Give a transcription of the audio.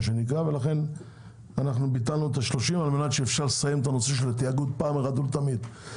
ולכן ביטלנו את ה-30 כדי לסיים את נושא התאגוד פעם אחת ולתמיד.